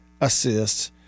assists